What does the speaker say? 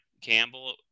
Campbell